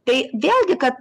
tai vėlgi kad